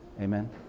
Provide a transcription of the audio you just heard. Amen